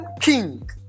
king